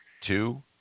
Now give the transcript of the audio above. two